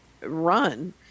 run